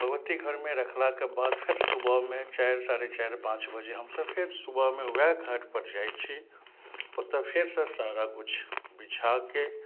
भगवती घरमे रखलाके बाद फेर सुबहमे चारि साढ़े चारि पाँच बजे हमसब फेर सुबहमे वएह घाट पर जाइ छी ओतऽ फेर सऽ सारा किछु बिछाके